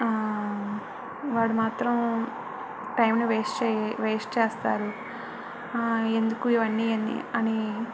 వాడు మాత్రం టైమ్ని వేస్ట్ వేస్ట్ చేస్తాడు ఆ ఎందుకు ఇవి అన్నీ అని